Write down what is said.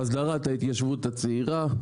הסדרת ההתיישבות הצעירה,